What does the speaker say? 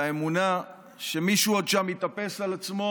ועל האמונה שמישהו שם עוד יתאפס על עצמו